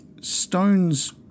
Stones